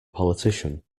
politician